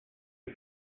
you